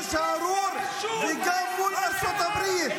מול הכיבוש הארור וגם מול ארצות הברית.